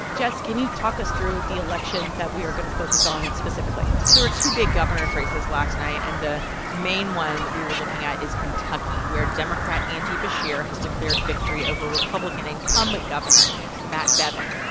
jess, can you talk us through the elections that we are going to focus on specifically? so there were two big governors races last night. and the main one that we were looking at is kentucky, where democrat andy beshear has declared victory over republican incumbent governor matt bevin.